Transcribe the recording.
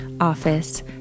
office